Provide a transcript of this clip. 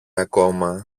ακόμα